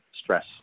stress